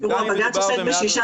אנחנו עושים